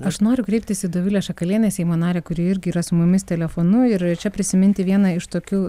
aš noriu kreiptis į dovile šakaliene seimo narę kuri irgi yra su mumis telefonu ir čia prisiminti vieną iš tokių